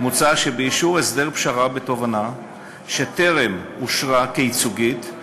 מוצע שבאישור הסדר פשרה בתובענה שטרם אושרה כייצוגית,